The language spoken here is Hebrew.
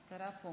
הינה השרה.